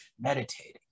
meditating